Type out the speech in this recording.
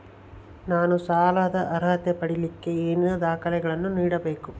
ನಾನು ಸಾಲದ ಅರ್ಹತೆ ಪಡಿಲಿಕ್ಕೆ ಏನೇನು ದಾಖಲೆಗಳನ್ನ ನೇಡಬೇಕು?